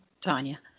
tanya